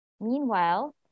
Meanwhile